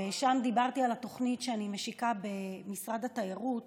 ושם דיברתי על התוכנית שאני משיקה במשרד התיירות